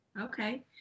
Okay